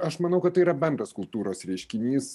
aš manau kad tai yra bendras kultūros reiškinys